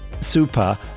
super